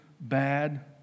bad